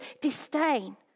disdain